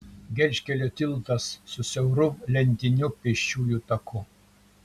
gelžkelio tiltas su siauru lentiniu pėsčiųjų taku